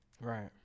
Right